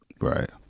Right